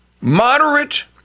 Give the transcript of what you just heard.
moderate